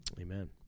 Amen